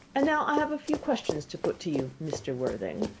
and now i have a few questions to put to you, mr. worthing.